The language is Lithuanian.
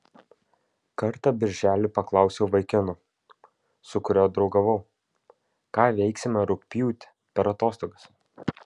kartą birželį paklausiau vaikino su kuriuo draugavau ką veiksime rugpjūtį per atostogas